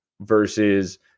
versus